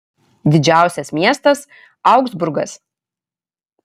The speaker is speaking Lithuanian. didžiausias miestas augsburgas